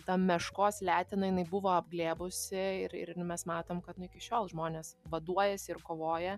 ta meškos letena jinai buvo apglėbusi ir ir nu mes matom kad nu iki šiol žmonės vaduojasi ir kovoja